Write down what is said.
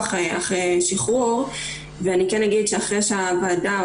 אחרי שחרור ואני אגיד שאחרי שהוועדה,